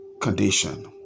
condition